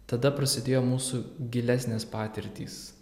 tada prasidėjo mūsų gilesnės patirtys